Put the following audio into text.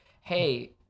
hey